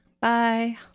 Bye